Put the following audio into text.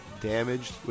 damaged